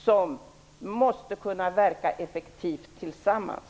De måste kunna verka effektivt tillsammans.